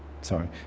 Sorry